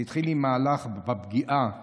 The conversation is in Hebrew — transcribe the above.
זה התחיל עם מהלך פגיעה בילדים,